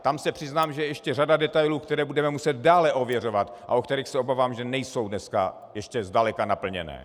Tam se přiznám, že je ještě řada detailů, které budeme muset dále ověřovat a o kterých se obávám, že nejsou dneska ještě zdaleka naplněné.